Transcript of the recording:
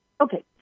okay